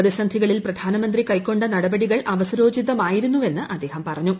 പ്രതിസന്ധികളിൽ പ്രധാനമന്ത്രി കൈക്കൊണ്ട നടപടികൾ അവസരോചിതമായിരുന്നുവെന്ന് അദ്ദേഹം പറഞ്ഞു